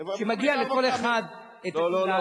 מגיעה לכל אחד הגמלה הזאת.